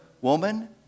Woman